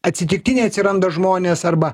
atsitiktiniai atsiranda žmonės arba